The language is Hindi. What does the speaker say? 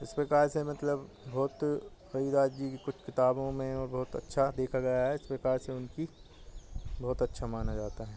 इस प्रकार से मतलब बहुत रविदास जी की कुछ किताबों में और बहुत अच्छा देखा गया है इस प्रकार से उनको बहुत अच्छा माना जाता है